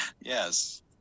yes